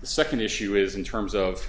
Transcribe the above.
the second issue is in terms of